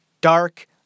dark